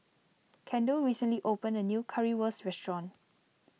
Kendell recently opened a new Currywurst restaurant